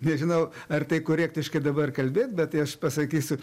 nežinau ar tai korektiškai dabar kalbėt bet tai aš pasakysiu